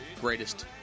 greatest